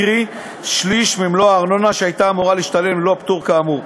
קרי שליש ממלוא הארנונה שהייתה אמורה להשתלם ללא הפטור כאמור.